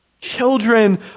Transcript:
Children